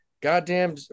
Goddamn